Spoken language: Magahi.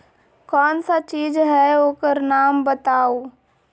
कौन सा चीज है ओकर नाम बताऊ?